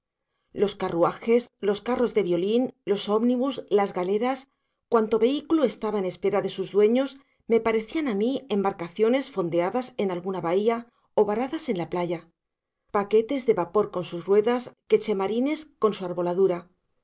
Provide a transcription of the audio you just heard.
los carruajes los carros de violín los ómnibus las galeras cuanto vehículo estaba en espera de sus dueños me parecían a mí embarcaciones fondeadas en alguna bahía o varadas en la playa paquetes de vapor con sus ruedas quechemarines con su